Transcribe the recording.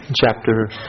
chapter